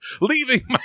leaving